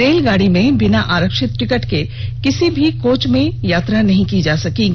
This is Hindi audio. रेलगाड़ी में बिना आरक्षित टिकट के किसी भी कोच में यात्रा नहीं की जा सकेगी